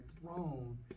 throne